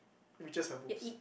witches her boobs